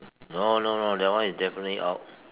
no no no that one is definitely out